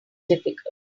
difficult